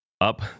up